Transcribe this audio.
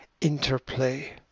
interplay